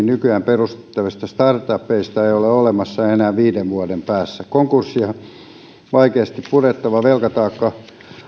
nykyään perustettavista start upeista ei ole olemassa enää viiden vuoden päästä konkurssin vaikeasti purettava velkataakka